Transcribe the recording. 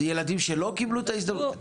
ילדים שלא קיבלו את ההזדמנות?